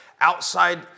outside